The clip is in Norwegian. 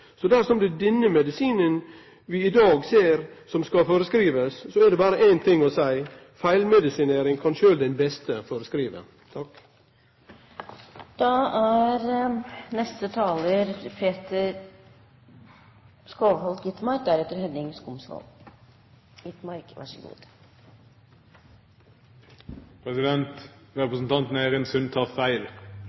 Så dersom det er den medisinen vi ser i dag som skal skrivast ut, så er det berre ein ting å seie: Feil medisin kan sjølv den beste